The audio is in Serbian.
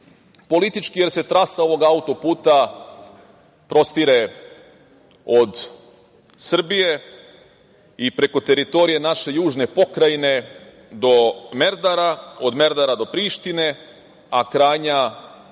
Politički jer se trasa ovog autoputa prostire od Srbije i preko teritorije naše južne pokrajine do Merdara, od Merdara do Prištine, a krajnja